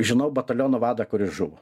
žinau bataliono vadą kuris žuvo